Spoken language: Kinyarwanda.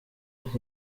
his